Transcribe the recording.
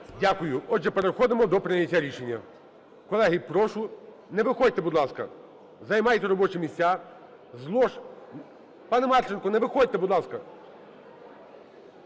Дякую. Отже, переходимо до прийняття рішення. Колеги, прошу… Не виходьте, будь ласка, займайте робочі місця, з лож… Пане Марченко, не виходьте, будь ласка!